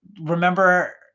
remember –